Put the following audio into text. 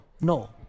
No